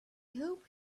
hope